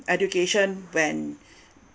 education when